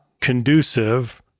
conducive